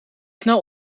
snel